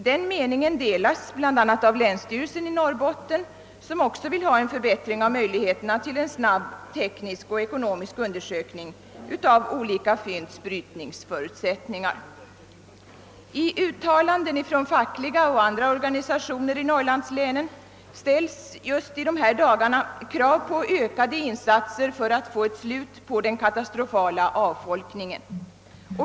Den meningen delas bl.a. av länsstyrelsen i Norrbottens län, som också vill ha en förbättring av möjligheterna till en snabb teknisk och ekonomisk undersökning av olika fyndigheters brytningsförutsättningar. I uttalanden från fackliga och andra organisationer i norrlandslänen ställs just i dessa dagar krav på ökade insatser för att få ett slut på den katastrofala avfolkningen.